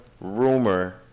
rumor